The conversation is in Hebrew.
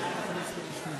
הכנסת